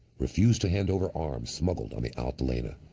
refused to hand over arms, smuggled on the altalena.